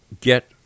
get